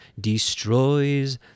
destroys